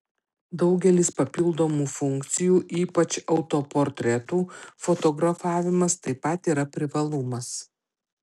daugelis papildomų funkcijų ypač autoportretų fotografavimas taip pat yra privalumas